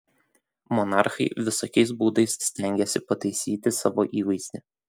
monarchai visokiais būdais stengėsi pataisyti savo įvaizdį